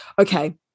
Okay